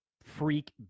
freak